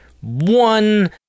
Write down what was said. one